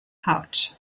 pouch